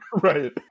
Right